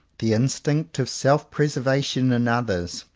the instinct of self preservation in others,